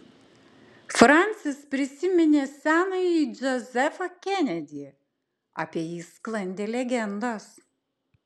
fransis prisiminė senąjį džozefą kenedį apie jį sklandė legendos